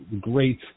great